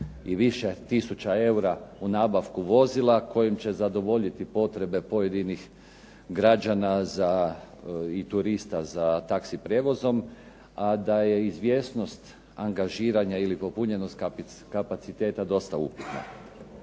ili više tisuća eura u nabavku vozila kojim će zadovoljiti potrebe pojedinih građana i turista za taksi prijevozom. A da je izvjesnost angažiranja ili popunjenost kapaciteta dosta upitna.